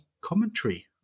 commentary